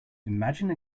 imagine